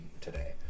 today